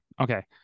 Okay